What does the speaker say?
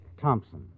Thompson